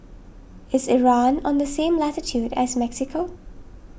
is Iran on the same latitude as Mexico